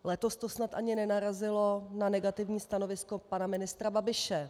Letos to snad ani nenarazilo na negativní stanovisko pana ministra Babiše.